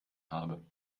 habe